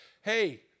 hey